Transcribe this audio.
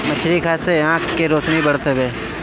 मछरी खाए से आँख के रौशनी बढ़त हवे